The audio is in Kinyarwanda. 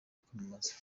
kwamamaza